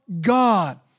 God